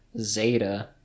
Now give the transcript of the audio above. zeta